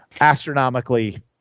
Astronomically